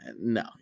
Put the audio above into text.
no